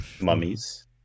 mummies